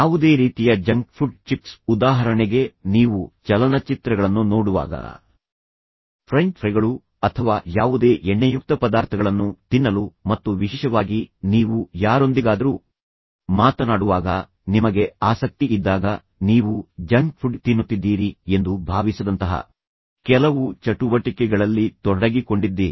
ಯಾವುದೇ ರೀತಿಯ junk food chips ಉದಾಹರಣೆಗೆ ನೀವು ಚಲನಚಿತ್ರಗಳನ್ನು ನೋಡುವಾಗ ಫ್ರೆಂಚ್ ಫ್ರೈಗಳು ಅಥವಾ ಯಾವುದೇ ಎಣ್ಣೆಯುಕ್ತ ಪದಾರ್ಥಗಳನ್ನು ತಿನ್ನಲು ಮತ್ತು ವಿಶೇಷವಾಗಿ ನೀವು ಯಾರೊಂದಿಗಾದರೂ ಮಾತನಾಡುವಾಗ ನಿಮಗೆ ಆಸಕ್ತಿ ಇದ್ದಾಗ ನೀವು ಜಂಕ್ ಫುಡ್ ತಿನ್ನುತ್ತಿದ್ದೀರಿ ಎಂದು ಭಾವಿಸದಂತಹ ಕೆಲವು ಚಟುವಟಿಕೆಗಳಲ್ಲಿ ತೊಡಗಿಕೊಂಡಿದ್ದೀರಿ